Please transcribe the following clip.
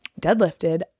deadlifted